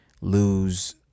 lose